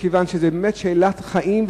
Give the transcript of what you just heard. כי זו שאלת חיים,